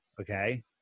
Okay